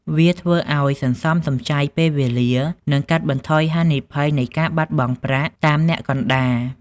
វាធ្វើឲ្យសន្សំសំចៃពេលវេលា និងកាត់បន្ថយហានិភ័យនៃការបាត់បង់ប្រាក់តាមអ្នកកណ្ដាល។